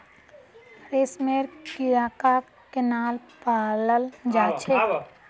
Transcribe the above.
रेशमेर कीड़ाक केनना पलाल जा छेक